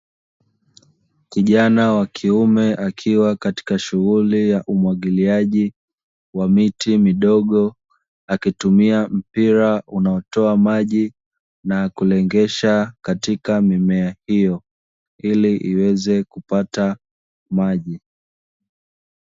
Kijana wa kiume, akiwa katika shughuli ya umwagiliaji wa miti midogo, akitumia mpira unaotoa maji na kulengesha katika mimea hiyo ili iweze kupata maji.